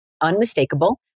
unmistakable